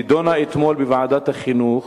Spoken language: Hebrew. זה נדון אתמול בוועדת החינוך,